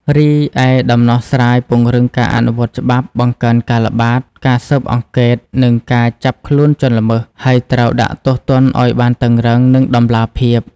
រីឯដំណោះស្រាយពង្រឹងការអនុវត្តច្បាប់ បង្កើនការល្បាត ការស៊ើបអង្កេត និងការចាប់ខ្លួនជនល្មើស ហើយត្រូវដាក់ទោសទណ្ឌឱ្យបានតឹងរ៉ឹង និងតម្លាភាព។